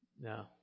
No